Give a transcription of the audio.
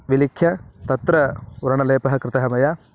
विलिख्य तत्र वर्णलेपः कृतः मया